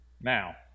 Now